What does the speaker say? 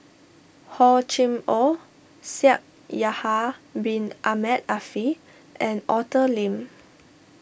Hor Chim or Shaikh Yahya Bin Ahmed Afifi and Arthur Lim